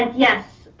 yes,